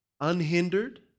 unhindered